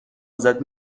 ازت